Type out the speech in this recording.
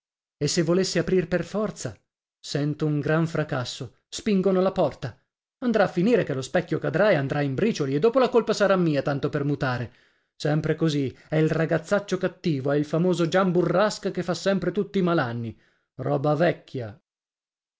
e se volesse aprir per forza sento un gran fracasso spingono la porta andrà a finire che lo specchio cadrà e andrà in bricioli e dopo la colpa sarà mia tanto per mutare sempre così è il ragazzaccio cattivo è il famoso gian burrasca che fa sempre tutti i malanni roba vecchia